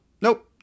nope